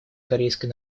корейской